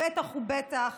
בטח ובטח